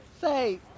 Say